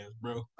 bro